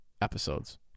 episodes